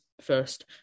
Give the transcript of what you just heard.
first